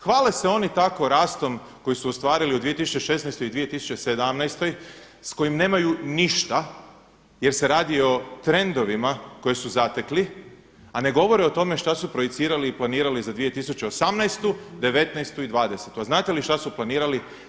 Hvale se oni tako rastom koji su ostvarili u 2016. i 2017. s kojim nemaju ništa jer se radi o trendovima koje su zatekli, a ne govore o tome šta su projicirali i planirali za 2018., 2019.i 202., a znate li šta su planirali?